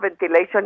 ventilation